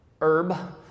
herb